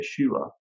Yeshua